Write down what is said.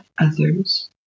others